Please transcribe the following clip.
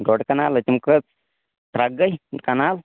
ڈۄڈ کَنال ہہ تِم کٔژ ترٛکھ گٔے کَنال